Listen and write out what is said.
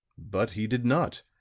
but he did not,